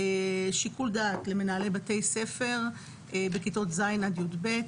שיקול דעת למנהלי בתי ספר בכיתות ז' עד י"ב,